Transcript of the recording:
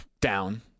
down